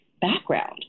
background